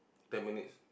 ten minutes